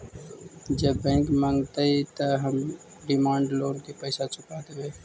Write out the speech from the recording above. जब बैंक मगतई त हम डिमांड लोन के पैसा चुका देवई